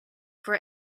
for